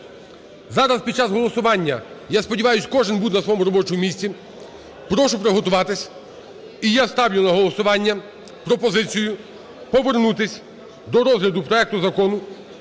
Зараз, під час голосування, я сподіваюсь, кожен буде на своєму робочому місці. Прошу приготуватись. І я ставлю на голосування пропозицію повернутись до розгляду проекту Закону